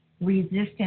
resistance